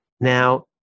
Now